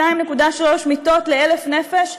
2.3 מיטות ל-1,000 נפש,